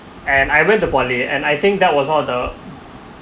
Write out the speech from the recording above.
and I went to poly and I think that was one of the